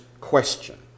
question